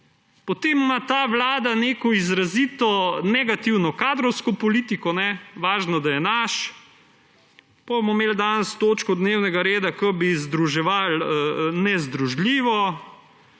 Potem ima ta vlada neko izrazito negativno kadrovsko politiko – važno, da je naš. Potem bomo imeli danes točko dnevnega reda, ko bi združevali nezdružljivo,